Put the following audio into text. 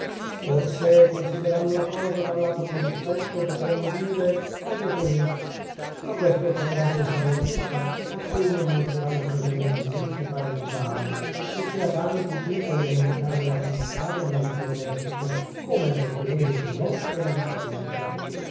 forse considerando la cosa dal lato più ristretto potremmo dire meglio così ma questo potrà pensarlo il duca a cui non mancheranno occasioni di illustri parentadi e che ha tanti titoli a meritare la felicità della vita domestica come ad ottenere i trionfi della vita pubblica